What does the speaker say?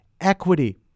equity